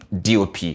DOP